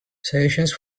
suggestions